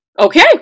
Okay